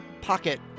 pocket